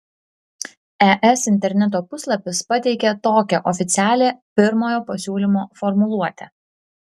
es interneto puslapis pateikia tokią oficialią pirmojo pasiūlymo formuluotę